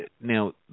Now